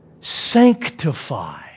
sanctify